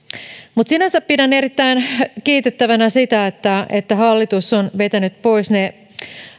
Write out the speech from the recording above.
mutta sinänsä pidän erittäin kiitettävänä sitä että että hallitus on vetänyt pois ne